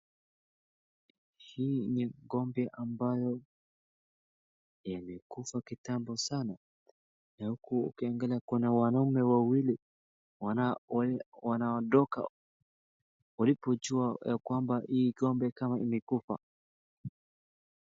Hii ni n'gombe ambayo ilikufa kitambo sana .Huku ukiangalia kuna wanaume wawili wanaondoka walipojua ya kwamba hii n'gombe imekufa.